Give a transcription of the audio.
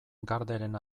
garderen